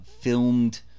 filmed